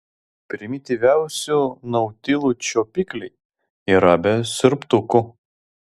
primityviausių nautilų čiuopikliai yra be siurbtukų